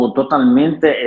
totalmente